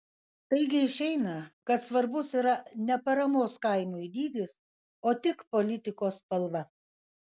taigi išeina kad svarbus yra ne paramos kaimui dydis o tik politikos spalva